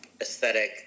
aesthetic